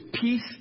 peace